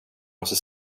måste